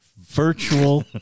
Virtual